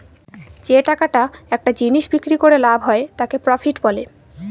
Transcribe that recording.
যে টাকাটা একটা জিনিস বিক্রি করে লাভ হয় তাকে প্রফিট বলে